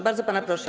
Bardzo pana proszę.